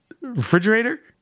refrigerator